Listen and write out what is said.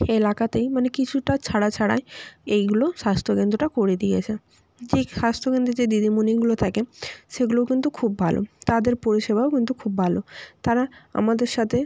এলাকাতেই মানে কিছুটা ছাড়া ছাড়ায় এইগুলো স্বাস্থ্যকেন্দ্রটা করে দিয়েছে যেই স্বাস্থ্যকেন্দ্রে যে দিদিমণিগুলো থাকে সেগুলোও কিন্তু খুব ভালো তাদের পরিষেবাও কিন্তু খুব ভালো তারা আমাদের সাথে